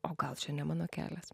o gal čia ne mano kelias